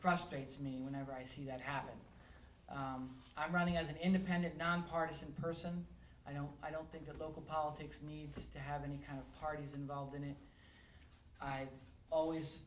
frustrates me whenever i see that happen i'm running as an independent nonpartisan person i know i don't think the local politics needs to have any kind of parties involved in it i always